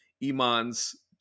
Iman's